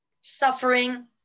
suffering